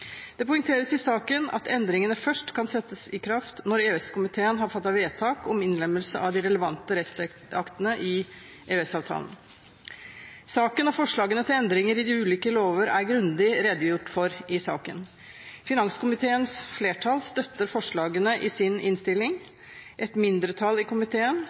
Det poengteres i saken at endringene først kan settes i kraft når EØS-komiteen har fattet vedtak om innlemmelse av de relevante rettsaktene i EØS-avtalen. Saken og forslagene til endringer i de ulike lover er grundig redegjort for i saken. Finanskomiteens flertall støtter forslagene i sin innstilling. Et mindretall i komiteen